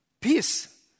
peace